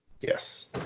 Yes